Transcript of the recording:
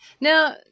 Now